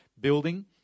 Building